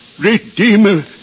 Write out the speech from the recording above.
Redeemer